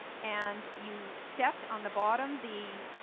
and you set on the bottom the